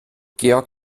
georg